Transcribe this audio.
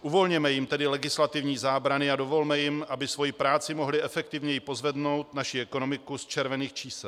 Uvolněme jim tedy legislativní zábrany a dovolme jim, aby svou prací mohli efektivněji pozvednout naši ekonomiku z červených čísel.